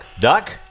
Duck